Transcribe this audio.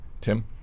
Tim